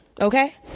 Okay